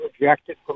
rejected